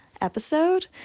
episode